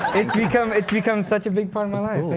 it's become it's become such a big part of my life.